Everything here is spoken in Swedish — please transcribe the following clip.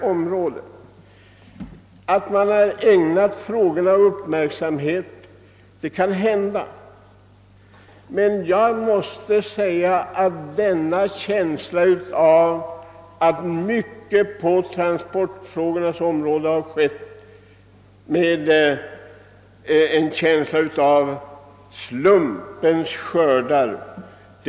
Inom departementet har man kanske ägnat dessa frågor uppmärksamhet, men jag kan inte frigöra mig från en känsla av att åtskilligt på kommunikationernas område har skett som ett resultat av slumpens skördar.